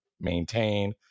maintain